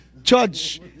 Judge